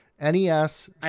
nes